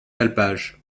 alpages